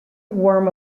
warm